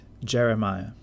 Jeremiah